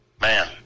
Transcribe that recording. man